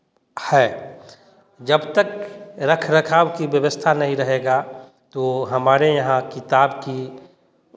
है जब तक रख रखाव की व्यवस्था नहीं रहेगा तो हमारे यहाँ किताब की